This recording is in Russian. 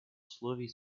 условий